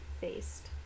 faced